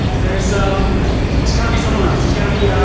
there's um there's got to be someone else. there's got to be.